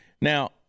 Now